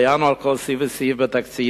התדיינו על כל סעיף וסעיף בתקציב,